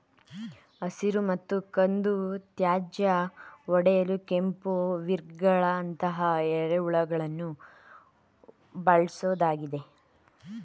ಹಸಿರು ಮತ್ತು ಕಂದು ತ್ಯಾಜ್ಯ ಒಡೆಯಲು ಕೆಂಪು ವಿಗ್ಲರ್ಗಳಂತಹ ಎರೆಹುಳುಗಳನ್ನು ಬಳ್ಸೋದಾಗಿದೆ